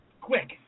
quick